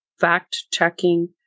fact-checking